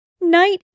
night